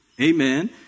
Amen